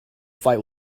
fight